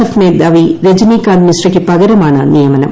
F മേധാവി രജനി കാന്ത് മിശ്രയ്ക്ക് പകരമാണ് നിയമനം